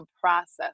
process